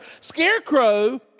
Scarecrow